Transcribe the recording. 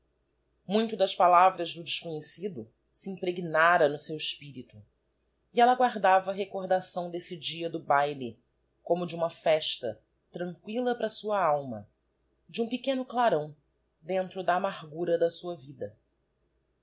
muito das palavras do desconhecido se impregnara no seu espirito e ella guardava recordação doesse dia do baile como de uma festa tranquilla para a sua alma de um pequeno clarão dentro da amargura da sua vida